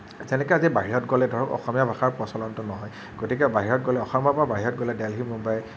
যেনেকে আজি বাহিৰত গ'লে ধৰক অসমীয়া ভাষাৰ প্ৰচলনটো নহয় গতিকে বাহিৰত গ'লে অসমৰ পৰা বাহিৰত গ'লে ডেলহি মুম্বাই